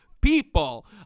people